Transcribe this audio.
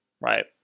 right